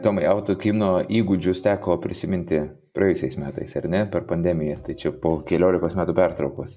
tomai autokino įgūdžius teko prisiminti praėjusiais metais ar ne per pandemiją tai čia po keliolikos metų pertraukos